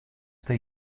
tej